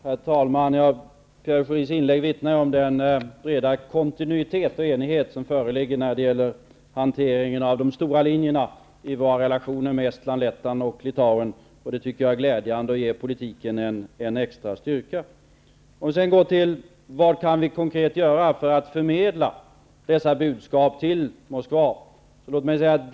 Herr talman! Pierre Schoris inlägg vittnar om den breda kontinuitet och enighet som föreligger när det gäller hanteringen av de stora linjerna i våra relationer med Estland, Lettland och Litauen. Det är glädjande -- det ger politiken en extra styrka. Om jag sedan går till frågan vad vi konkret kan göra för att förmedla dessa budskap till Moskva, vill jag anföra följande.